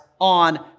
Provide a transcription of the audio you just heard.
on